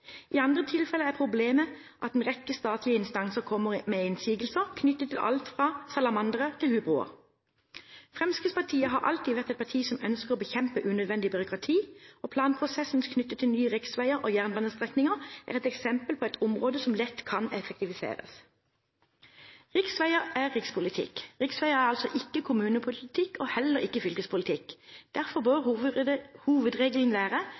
I andre tilfeller er problemet at en rekke statlige instanser kommer med innsigelser knyttet til alt fra salamandre til hubroer. Fremskrittspartiet har alltid vært et parti som ønsker å bekjempe unødvendig byråkrati, og planprosessen knyttet til nye riksveier og jernbanestrekninger er et eksempel på et område som lett kan effektiviseres. Riksveier er rikspolitikk. Riksveier er altså ikke kommunepolitikk og heller ikke fylkespolitikk. Derfor bør hovedregelen være